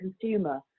consumer